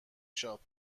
شاپ